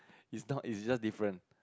it's not it's just different